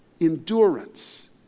endurance